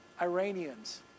Iranians